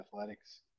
athletics